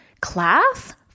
class